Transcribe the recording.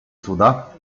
cuda